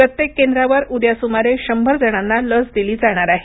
प्रत्येक केंद्रावर उद्या सुमारे शंभर जणांना लस दिली जाणार आहे